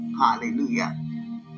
Hallelujah